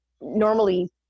normally